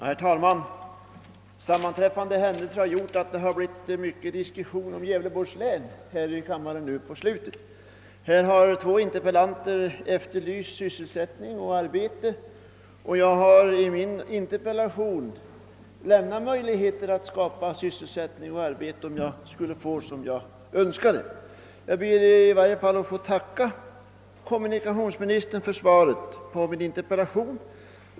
Herr talman! Sammanträffande händelser har gjort att det har blivit mycken diskussion om Cävleborgs län här i kammaren i slutet av dagens debatt. Två interpellanter har efterlyst sysselsättning och arbete, och jag har genom min interpellation anvisat möjligheter att skapa sysselsättning och arbete — om jag skulle få som jag önskar. Jag ber att få tacka kommunikationsministern för svaret på min interpellation.